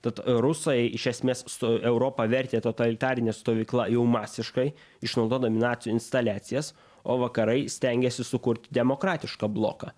tad rusai iš esmės europą vertė totalitarine stovykla jau masiškai išnaudodami nacių instaliacijas o vakarai stengėsi sukurti demokratišką bloką